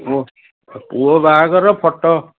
ହଁ ପୁଅ ବାହାଘର ଫଟୋ